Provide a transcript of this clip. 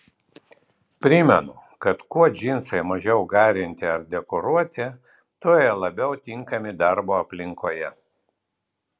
primenu kad kuo džinsai mažiau garinti ar dekoruoti tuo jie labiau tinkami darbo aplinkoje